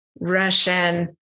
Russian